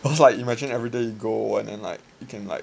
I was like imagine everyday you go and in like you can like